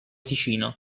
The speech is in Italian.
ticino